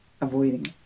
avoiding